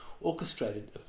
orchestrated